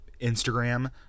instagram